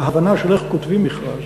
ההבנה של איך כותבים מכרז,